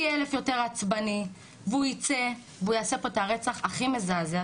פי אלף יותר עצבני והוא ייצא ויעשה פה את הרצח הכי מזעזע,